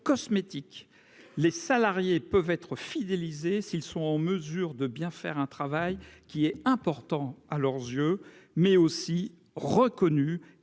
Les salariés peuvent être fidélisés s'ils sont en mesure de bien faire un travail qui est important à leurs yeux, mais aussi reconnu